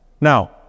Now